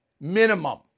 minimum